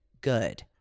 good